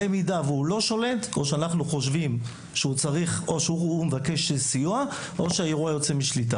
במידה והוא לא שולט או שהוא מבקש סיוע או שהאירוע יוצא משליטה.